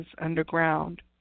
underground